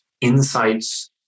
insights